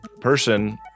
person